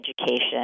education